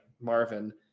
Marvin